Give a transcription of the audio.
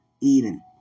Eden